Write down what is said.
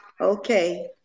Okay